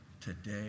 today